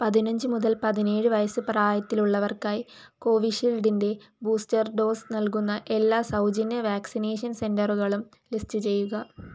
പതിനഞ്ച് മുതൽ പതിനേഴ് വയസ്സ് പ്രായത്തിലുള്ളവർക്കായി കോവിഷീൽഡിന്റെ ബൂസ്റ്റർ ഡോസ് നൽകുന്ന എല്ലാ സൗജന്യ വാക്സിനേഷൻ സെന്ററുകളും ലിസ്റ്റ് ചെയ്യുക